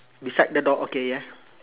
beside the door okay yes